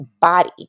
body